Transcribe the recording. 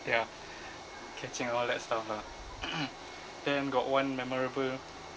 ya catching all that stuff lah then got one memorable